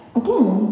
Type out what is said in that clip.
again